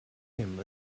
him